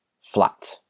flat